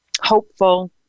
hopeful